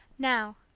now,